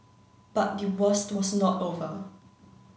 but the worst was not over